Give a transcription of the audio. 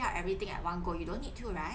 everything at one go you don't need to right